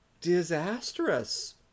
disastrous